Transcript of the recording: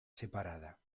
separada